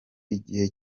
igihe